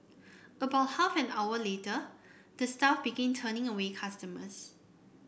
about half an hour later the staff began turning away customers